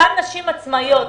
אותן נשים עצמאיות,